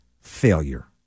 failure